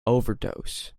overdose